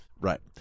Right